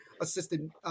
assistant